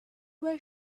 where